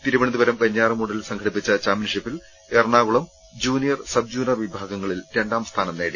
തിരുവനന്ത പുരം വെഞ്ഞാറമൂടിൽ സംഘടിപ്പിച്ച ചാമ്പ്യൻഷിപ്പിൽ എറണാകുളം ജൂനി യർ സബ്ജൂനിയർ വിഭാഗങ്ങളിൽ രണ്ടാം സ്ഥാനം നേടി